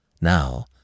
Now